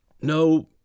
no